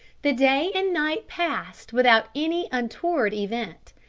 the day and night passed without any untoward event.